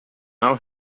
now